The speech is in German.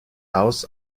haus